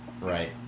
Right